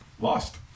Lost